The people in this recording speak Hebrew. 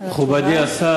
על התשובה.